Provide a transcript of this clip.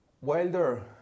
Wilder